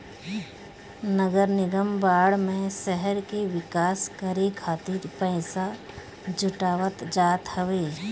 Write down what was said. नगरनिगम बांड में शहर के विकास करे खातिर पईसा जुटावल जात हवे